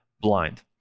blind